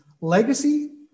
legacy